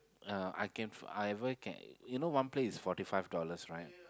uh I can I ever can you know one plate is forty five dollars right